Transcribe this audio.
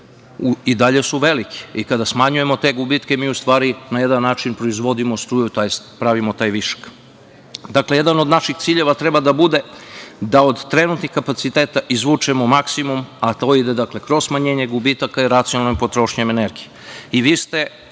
i dalje veliki. I kada smanjujemo te gubitke, mi u stvari na jedan način proizvodimo struju, tj. pravimo taj višak. Dakle, jedan od naših ciljeva treba da bude da od trenutnih kapaciteta izvučemo maksimum, a to je ide dakle kroz smanjenje gubitaka i racionalnom potrošnjom energije.